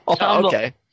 Okay